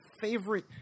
favorite